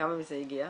וכמה מזה הגיע?